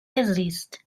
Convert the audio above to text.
زیست